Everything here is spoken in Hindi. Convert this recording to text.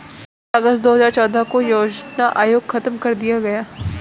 तेरह अगस्त दो हजार चौदह को योजना आयोग खत्म कर दिया गया